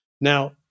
Now